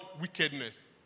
wickedness